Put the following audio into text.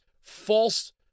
false